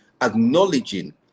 acknowledging